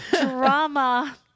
drama